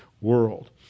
world